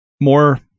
More